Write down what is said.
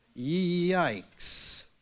Yikes